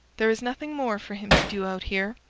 there is nothing more for him to do out here.